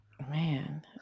Man